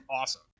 awesome